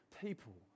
people